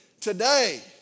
today